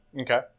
Okay